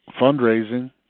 fundraising